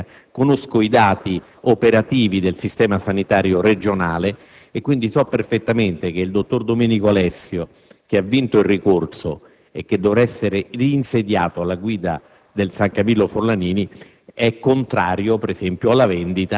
Dico questo perché, essendo stato presidente dell'Agenzia di sanità pubblica, conosco i dati operativi del sistema sanitario regionale e so perfettamente che il dottor Domenico Alessio, che ha vinto il ricorso e che dovrà essere reinsediato alla guida del San